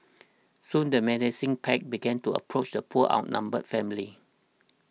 soon the menacing pack began to approach the poor outnumbered family